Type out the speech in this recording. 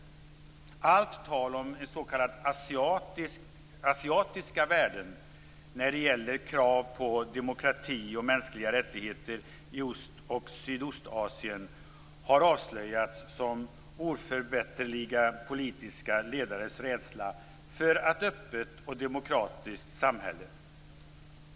Allt tal om s.k. asiatiska värden när det gäller krav på demokrati och mänskliga rättigheter i Ost och Sydostasien har avslöjats som oförbätterliga politiska ledares rädsla för ett öppet och demokratiskt samhälle.